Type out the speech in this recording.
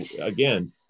again